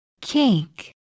Cake